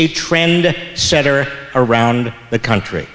a trend setter around the country